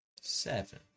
seven